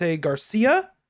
Garcia